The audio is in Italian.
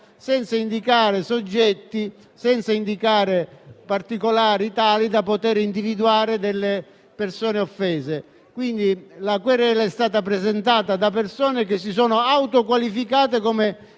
senza indicare soggetti, senza indicare particolari tali da consentire di individuare delle persone offese. La querela è stata presentata da persone che si sono autoqualificate come